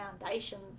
foundations